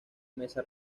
mesa